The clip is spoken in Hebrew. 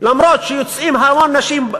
אף שיוצאות המון נשים,